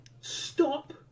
Stop